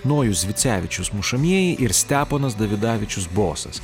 nojus zvicevičius mušamieji ir steponas davidavičius bosas